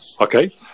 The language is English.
Okay